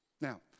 Now